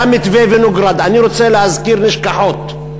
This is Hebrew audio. היה מתווה וינוגרד, אני רוצה להזכיר נשכחות,